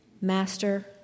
Master